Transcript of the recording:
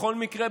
בכל מקרה,